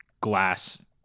glass